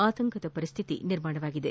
ಆತಂಕದ ಪರಿಸ್ಥಿತಿ ನಿರ್ಮಾಣವಾಗಿದೆ